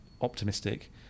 optimistic